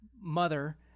mother